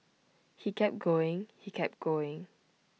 he kept going he kept going